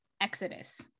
exodus